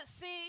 see